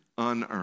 unearned